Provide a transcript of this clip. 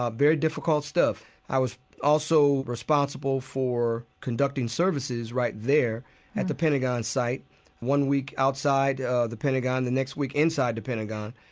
ah very difficult stuff. i was also responsible for conducting services right there at the pentagon site one week outside ah the pentagon, the next week inside the pentagon.